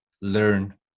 learn